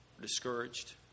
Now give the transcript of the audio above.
discouraged